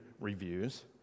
reviews